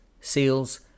seals